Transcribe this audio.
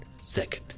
second